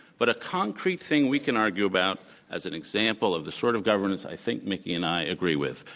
but a concrete thing we can argue about as an example of the sort of governance i think mickey and i agree with.